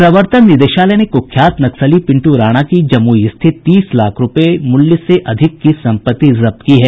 प्रवर्तन निदेशालय ने कुख्यात नक्सली पिंटू राणा की जमुई स्थित तीस लाख रूपये मूल्य से अधिक की संपत्ति जब्त की है